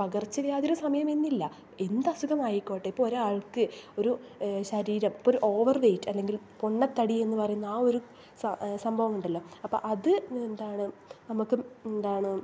പകർച്ചവ്യാധിയുടെ സമയം എന്നില്ല എന്ത് അസുഖം ആയിക്കോട്ടെ ഇപ്പോൾ ഒരാൾക്ക് ഒരു ശരീരം ഇപ്പം ഒരു ഓവർ വെയ്റ്റ് അല്ലെങ്കിൽ പൊണ്ണത്തടി എന്ന് പറയുന്ന ആ ഒരു സംഭവം ഉണ്ടല്ലോ അപ്പം അത് എന്താണ് നമുക്ക് എന്താണ്